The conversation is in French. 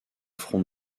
front